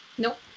Nope